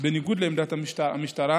בניגוד לעמדת המשטרה,